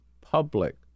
public